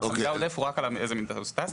המידע העודף הוא רק באיזו טיסה הוא טס.